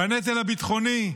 בנטל הביטחוני,